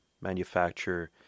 manufacture